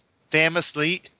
famously